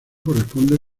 corresponde